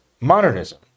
modernism